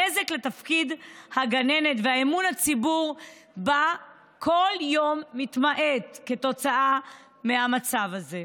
הנזק לתפקיד הגננת ואמון הציבור בה מתמעט בכל יום כתוצאה מהמצב הזה.